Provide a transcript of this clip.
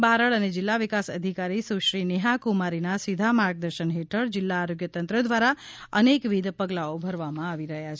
બારડ અને જિલ્લા વિકાસ અધિકારી સુશ્રી નેહા કુમારીના સીધા માર્ગદર્શન હેઠળ જિલ્લા આરોગ્ય તંત્ર દ્વારા અનેકવિધ પગલાંઓ ભરવામાં આવી રહ્યા છે